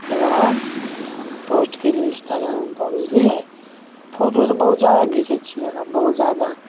ताहिके बाद पोस्ट कएली इन्स्टाग्रामपर बुझलिए फोटो तऽ बहुत जादा घिचै छिए हम बहुत जादा